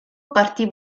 partì